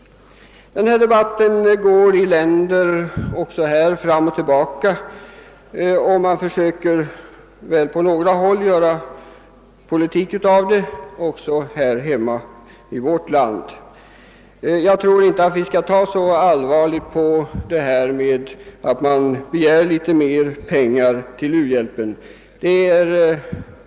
U-hjälpsdebatten går även i utlandet fram och tillbaka, och man försöker väl också på några håll göra politik av saken som i vårt land. Jag tror inte att vi skall ta så allvarligt på att somliga begär litet mer pengar till u-hbjälpen.